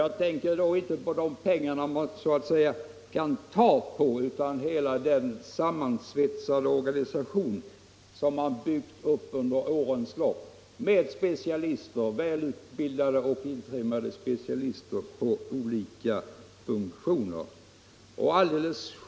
Jag tänker då inte bara på de pengar som man så att säga kan ta på utan på hela den sammansvetsade organisation som under årens lopp har byggts upp, alltså med välutbildade och intrimmade specialister i olika funktioner.